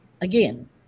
again